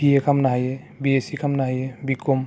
बि A खालामनो हायो BSc खालामनो हायो बिकम